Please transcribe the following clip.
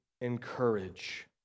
encourage